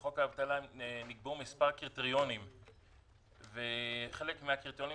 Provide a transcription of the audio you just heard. בחוק האבטלה נקבעו מספר קריטריונים וחלק מהקריטריונים